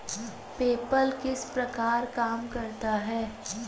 PayPal किस प्रकार काम करता है?